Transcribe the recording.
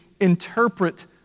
interpret